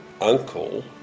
uncle